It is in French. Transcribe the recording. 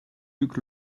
luc